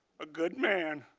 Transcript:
a good man,